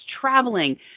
traveling